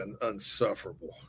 unsufferable